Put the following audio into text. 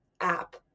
app